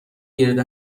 گرد